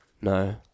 No